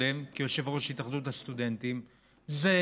כיושב-ראש התאחדות הסטודנטים שעוד לפני לפני לפני